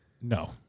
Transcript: No